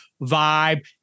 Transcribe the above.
vibe